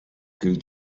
gilt